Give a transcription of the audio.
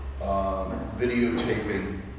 videotaping